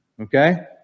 Okay